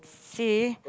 say